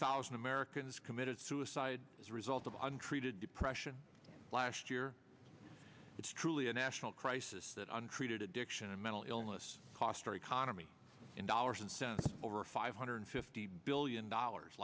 thousand americans committed suicide as a result of i'm treated depression last year it's truly a national crisis that untreated addiction and mental illness cost our economy in dollars and sent over five hundred fifty billion dollars